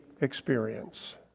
experience